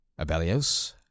Abelios